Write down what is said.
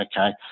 Okay